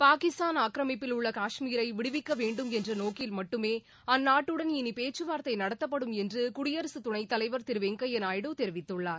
பாகிஸ்தான் ஆக்கிரமிப்பில் உள்ள காஷ்மீரை விடுவிக்க வேண்டும் என்ற நோக்கில் மட்டுமே அந்நாட்டுடன் இனி பேச்சுவார்த்தை நடத்தப்படும் என்று குடியரசுத் துணைத் தலைவர் திரு வெங்கய்யா நாயுடு தெரிவித்துள்ளார்